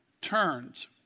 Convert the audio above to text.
turns